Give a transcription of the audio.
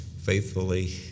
faithfully